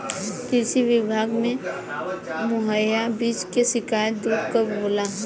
कृषि विभाग से मुहैया बीज के शिकायत दुर कब होला?